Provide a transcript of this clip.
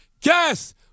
guess